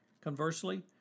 Conversely